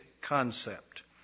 concept